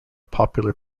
popular